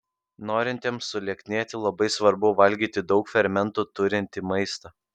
norintiems sulieknėti labai svarbu valgyti daug fermentų turintį maistą